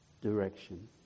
direction